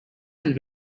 and